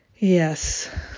Yes